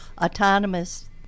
autonomous